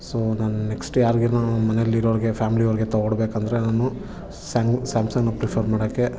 so ನಾನು next ಯಾರ್ಗೂನು ಮನೆಲ್ಲಿರೋರಿಗೆ ಫ್ಯಾಮ್ಲಿ ಅವ್ರಿಗೆ ತಗೋಡ್ಬೇಕೆಂದ್ರೆ ನಾನು ಸ್ಯಾಮ್ ಸ್ಯಾಮ್ಸಂಗ್ನ ಪ್ರಿಫರ್ ಮಾಡೋಕ್ಕೆ